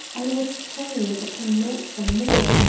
i was prying upon no amour,